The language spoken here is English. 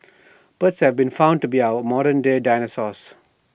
birds have been found to be our modern day dinosaurs